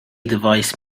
device